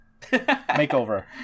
makeover